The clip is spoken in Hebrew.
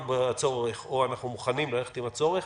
בצורך או שאנחנו מוכנים ללכת עם הצורך